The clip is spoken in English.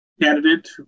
candidate